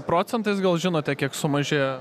procentas gal žinote kiek sumažėjo